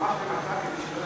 המלחמה שלהם הייתה כדי שלא